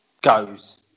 goes